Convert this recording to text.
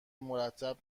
مرتب